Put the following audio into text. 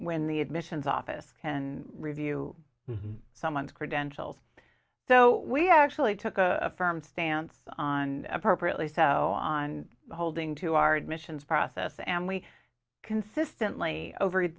when the admissions office can review someone's credentials so we actually took a firm stance on appropriately so on holding to our admissions process and we consistently over